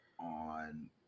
on